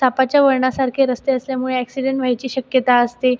सापाच्या वळणासारखे रस्ते असल्यामुळे ॲक्सिडेन्ट व्हायची शक्यता असते